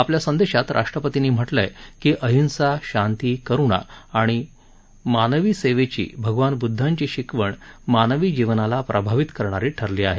आपल्या संदेशात राष्ट्रपतींनी म्हटलं आहे की अहिंसा शांती करुणा आणि मानवी सेवेची भगवान ब्रदधांची शिकवण मानवी जीवनाला प्रभावित करणारी ठरली आहे